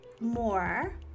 more